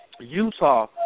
Utah